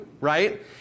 right